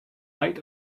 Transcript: height